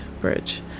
bridge